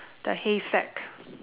the haystack